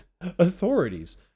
authorities